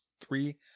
three